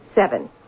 Seven